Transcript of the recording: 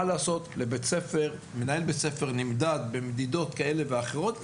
מה לעשות, מנהל בית ספר נמדד במדידות כאלה ואחרות.